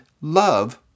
love